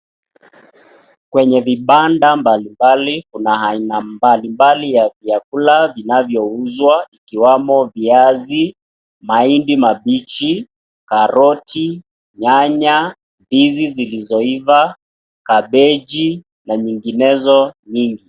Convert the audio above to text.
Kwenye vibanda mbali mbali kuna aina mbali mbali ya vyakula vinavyouzwa ikiwamo viazi, mahindi mabichi, karoti, nyanya, ndizi zilizoiva, kabeji na nyinginezo mingi.